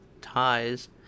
ties